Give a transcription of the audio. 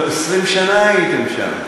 20 שנה הייתם שם.